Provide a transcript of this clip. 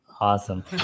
awesome